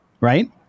right